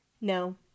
no